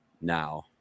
now